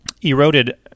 eroded